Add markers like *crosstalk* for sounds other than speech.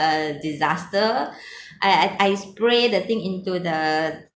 a disaster *breath* I I I spray the thing into the